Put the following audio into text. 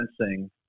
sensing